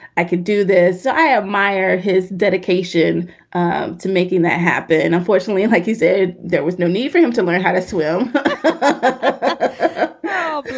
i could do this. i admire his dedication ah to making that happen. and unfortunately, like you said, there was no need for him to learn how to swim ah